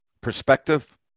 perspective